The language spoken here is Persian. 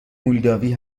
مولداوی